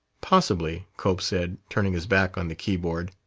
possibly, cope said, turning his back on the keyboard.